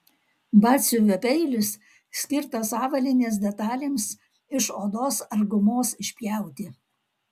batsiuvio peilis skirtas avalynės detalėms iš odos ar gumos išpjauti